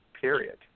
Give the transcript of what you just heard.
period